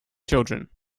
children